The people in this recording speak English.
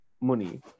money